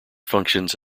functions